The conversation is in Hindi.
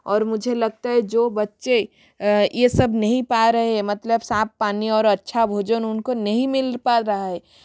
और मुझे लगता है जो बच्चे यह सब नहीं पा रहे हैं मतलब साफ पानी और अच्छा भोजन उनको नहीं मिल पा रहा है